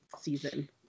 season